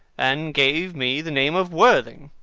and gave me the name of worthing,